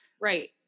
right